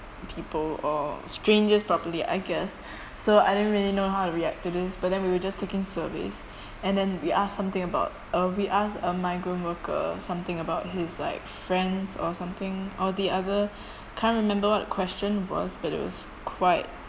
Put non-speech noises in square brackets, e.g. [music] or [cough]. people or strangers properly I guess [breath] so I didn't really know how to react to this but then we were just taking surveys [breath] and then we asked something about uh we asked a migrant worker something about his like friends or something or the other [breath] can't remember what the question was but it was quite